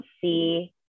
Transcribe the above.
see